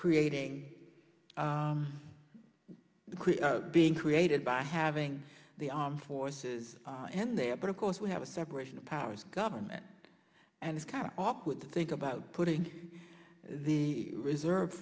creating a being created by having the armed forces and there but of course we have a separation of powers government and it's kind of awkward to think about putting the reserve